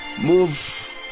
move